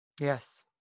Yes